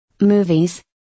Movies